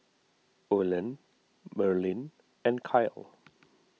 Olen Marlyn and Kyle